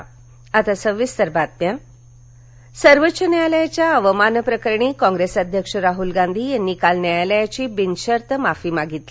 राहल गांधी सर्वोच्च न्यायालयाच्या अवमान प्रकरणी काँप्रेस अध्यक्ष राहूल गांधी यांनी काल न्यायालयाची बिनशर्त माफी मागितली